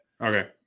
Okay